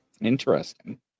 interesting